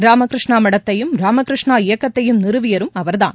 ராமகிருஷ்ணா மடத்தையும் ராமகிருஷ்ணா இயக்கத்தையும் நிறுவியவரும் அவர்தான்